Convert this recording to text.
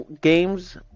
games